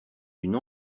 une